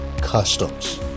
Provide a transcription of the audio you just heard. customs